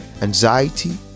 anxiety